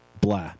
blah